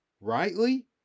rightly